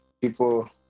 people